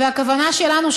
והכוונה שלנו,